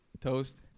Toast